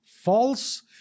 False